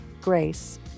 grace